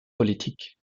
politique